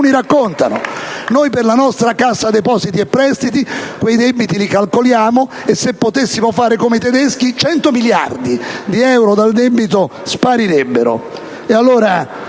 Noi, per la nostra Cassa depositi e prestiti, quei debiti li calcoliamo e, se potessimo fare come i tedeschi, 100 miliardi di euro dal debito sparirebbero.